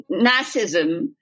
Nazism